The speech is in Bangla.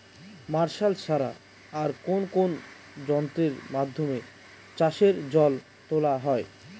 মার্শাল ছাড়া আর কোন কোন যন্ত্রেরর মাধ্যমে চাষের জল তোলা হয়?